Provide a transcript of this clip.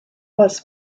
was